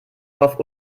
worauf